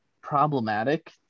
problematic